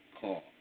call